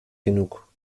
genug